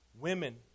Women